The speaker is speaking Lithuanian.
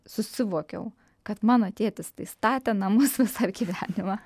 susivokiau kad mano tėtis tai statė namus visą gyvenimą